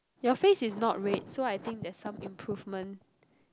your face is not red so I think there's some improvement